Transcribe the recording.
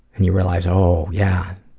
and you realize, oh, yeah,